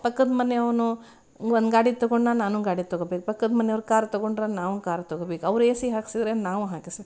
ಪಕ್ಕದಮನೆಯವನು ಒಂದು ಗಾಡಿ ತೊಗೊಂಡ್ನೇ ನಾನು ಗಾಡಿ ತೊಗೊಳ್ಬೇಕು ಪಕ್ಕದಮನೆಯವ್ರು ಕಾರ್ ತೊಗೊಂಡ್ರೇ ನಾವು ಕಾರ್ ತೊಗೊಳ್ಬೇಕು ಅವ್ರು ಎ ಸಿ ಹಾಕಿಸಿದ್ರೆ ನಾವೂ ಹಾಕಿಸಿ